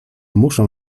muszą